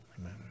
Amen